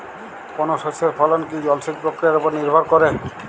কোনো শস্যের ফলন কি জলসেচ প্রক্রিয়ার ওপর নির্ভর করে?